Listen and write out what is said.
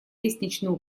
лестничную